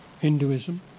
Hinduism